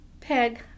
Peg